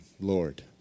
Lord